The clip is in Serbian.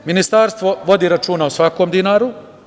Ministarstvo vodi računa o svakom dinaru.